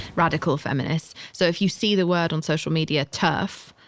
radical feminists. so if you see the word on social media terf,